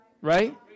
right